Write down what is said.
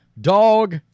Dog